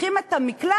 צריכים את המקלט,